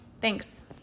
Thanks